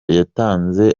yatanze